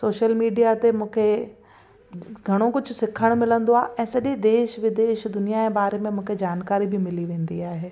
social media ते मूंखे घणो कुझु सिखण मिलंदो आहे ऐं सॼे देश विदेश दुनिया जे बारे में मूंखे जानकारी बि मिली वेंदी आहे